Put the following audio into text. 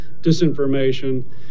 disinformation